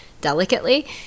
delicately